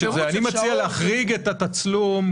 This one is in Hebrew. אני מציע להחריג את התצלום.